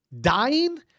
Dying